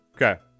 okay